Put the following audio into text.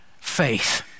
faith